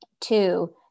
Two